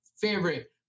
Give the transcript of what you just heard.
favorite